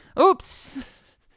oops